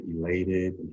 elated